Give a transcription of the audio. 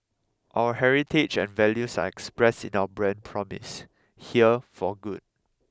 our heritage and values are expressed in our brand promise here for good